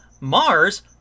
Mars